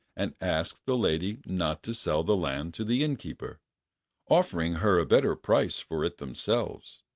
and asked the lady not to sell the land to the innkeeper offering her a better price for it themselves.